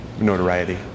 notoriety